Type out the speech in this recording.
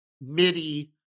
MIDI